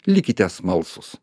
likite smalsūs